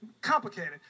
complicated